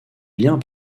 liens